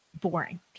boring